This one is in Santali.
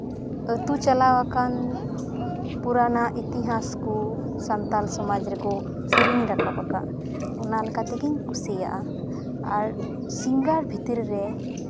ᱟᱛᱳ ᱪᱟᱞᱟᱣ ᱟᱠᱟᱱ ᱯᱩᱨᱟᱱᱳ ᱤᱛᱤᱦᱟᱥ ᱠᱚ ᱥᱟᱱᱛᱟᱲ ᱥᱚᱢᱟᱡᱽ ᱨᱮᱠᱚ ᱥᱮᱨᱮᱧ ᱨᱟᱠᱟᱵ ᱟᱠᱟᱫ ᱚᱱᱟ ᱞᱮᱠᱟ ᱛᱮᱜᱤᱧ ᱠᱩᱥᱤᱭᱟᱜᱼᱟ ᱟᱨ ᱥᱤᱝᱜᱟᱨ ᱵᱷᱤᱛᱨᱤ ᱨᱮ